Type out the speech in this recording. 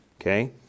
Okay